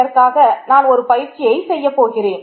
இதற்காக நான் ஒரு பயிற்சியை செய்யப்போகிறேன்